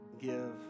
give